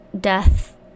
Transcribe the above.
death